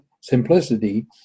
simplicity